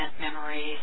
memories